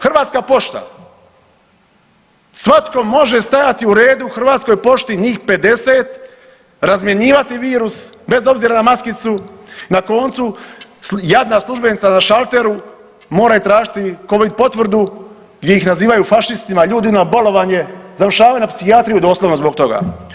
Hrvatska pošta, svatko može stajati u redu u Hrvatskoj pošti njih 50, razmjenjivati virus bez obzira na maskicu, na koncu jadna službenica na šalteru, mora ih tražiti covid potvrdu gdje ih nazivaju fašistima, ljudi na bolovanju, završavaju na psihijatriji doslovno zbog toga.